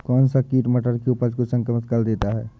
कौन सा कीट मटर की उपज को संक्रमित कर देता है?